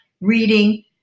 reading